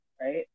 right